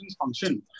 function